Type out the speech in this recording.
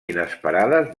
inesperades